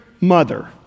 mother